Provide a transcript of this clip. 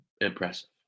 impressive